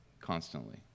constantly